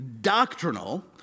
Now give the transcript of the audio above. doctrinal